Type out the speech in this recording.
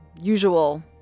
usual